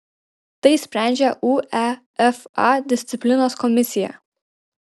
tai sprendžia uefa disciplinos komisija